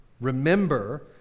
Remember